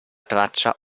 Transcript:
traccia